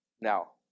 now